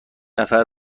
نفر